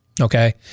Okay